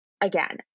Again